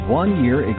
one-year